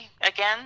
again